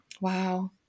Wow